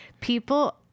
People